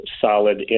solid